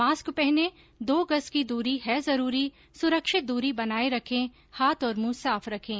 mask पहनें दो गज़ की दूरी है जरूरी सुरक्षित दूरी बनाए रखें हाथ और मुंह साफ रखें